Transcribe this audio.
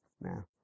now